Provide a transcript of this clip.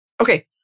Okay